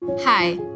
Hi